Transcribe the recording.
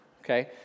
Okay